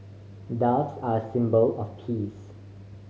doves are a symbol of peace